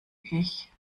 ich